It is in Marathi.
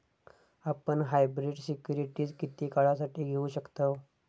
आपण हायब्रीड सिक्युरिटीज किती काळासाठी घेऊ शकतव